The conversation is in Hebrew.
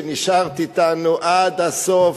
שנשארת אתנו עד הסוף,